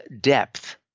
depth